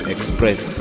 Express